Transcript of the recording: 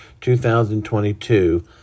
2022